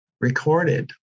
recorded